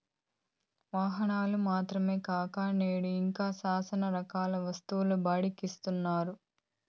వాహనాలు మాత్రమే కాక నేడు ఇంకా శ్యానా రకాల వస్తువులు బాడుక్కి ఇత్తన్నారు